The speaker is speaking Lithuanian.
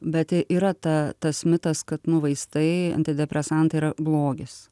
bet yra ta tas mitas kad nu vaistai antidepresantai yra blogis